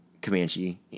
Comanche